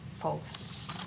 false